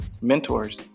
mentors